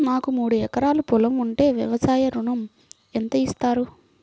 నాకు మూడు ఎకరాలు పొలం ఉంటే వ్యవసాయ ఋణం ఎంత ఇస్తారు?